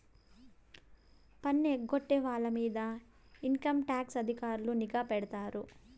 పన్ను ఎగ్గొట్టే వాళ్ళ మీద ఇన్కంటాక్స్ అధికారులు నిఘా పెడతారు